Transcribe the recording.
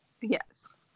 Yes